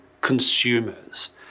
consumers